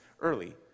early